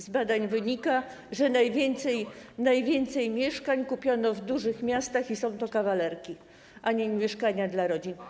Z badań wynika, że najwięcej mieszkań kupiono w dużych miastach i są to kawalerki, a nie mieszkania dla rodzin.